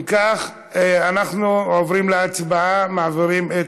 אם כך, אנחנו עוברים להצבעה להעביר את